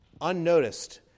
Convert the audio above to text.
unnoticed